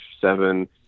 seven